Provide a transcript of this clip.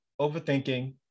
overthinking